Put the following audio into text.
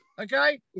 Okay